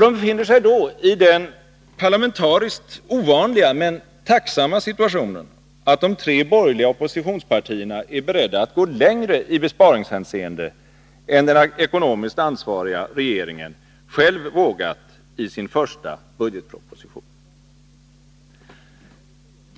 De befinner sig då i den parlamentariskt ovanliga men tacksamma situationen att de tre borgerliga oppositionspartierna är beredda att gå längre i besparingshänseende än den ekonomiskt ansvariga regeringen själv vågat i sin första budgetproposition.